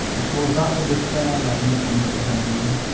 i suppose that will be fair, admitted mr. henderson.